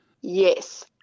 Yes